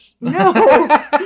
No